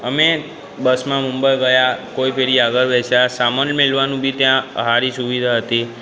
અમે બસમાં મુંબઈ ગયા કોઈ ફેરી આગળ બેસ્યા સામાન મેલવાનું બી ત્યાં સારી સુવિધા હતી